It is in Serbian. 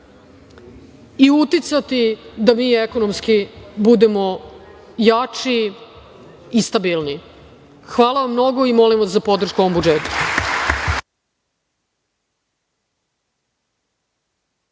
i uticati da mi ekonomski budemo jači i stabilniji. Hvala vam mnogo i molim vas za podršku ovom budžetu.